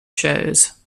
shows